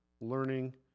learning